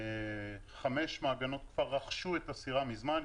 חמש מעגנות כבר רכשו את הסירה מזמן,